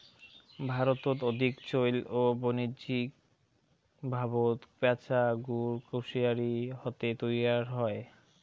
ভারতত অধিক চৈল ও বাণিজ্যিকভাবত ব্যাচা গুড় কুশারি হাতে তৈয়ার হই